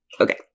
Okay